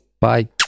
Bye